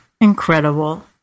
Incredible